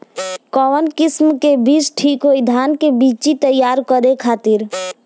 कवन किस्म के बीज ठीक होई धान के बिछी तैयार करे खातिर?